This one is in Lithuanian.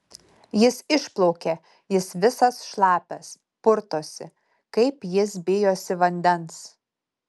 jis išplaukė jis visas šlapias purtosi kaip jis bijosi vandens